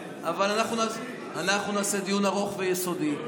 אבל אנחנו נעשה דיון ארוך ויסודי.